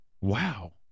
Wow